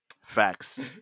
Facts